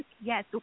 Yes